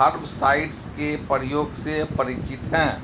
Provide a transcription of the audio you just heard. Herbicides के प्रयोग से परिचित हैं?